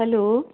hello